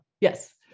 Yes